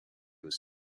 was